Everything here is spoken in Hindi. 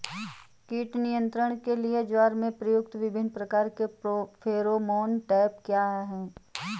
कीट नियंत्रण के लिए ज्वार में प्रयुक्त विभिन्न प्रकार के फेरोमोन ट्रैप क्या है?